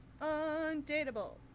undateable